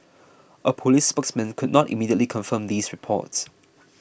a police spokesman could not immediately confirm these reports